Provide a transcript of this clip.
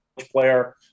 player